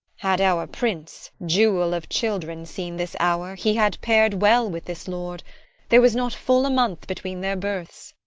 had our prince jewel of children seen this hour, he had pair'd well with this lord there was not full a month between their births.